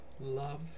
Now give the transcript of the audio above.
love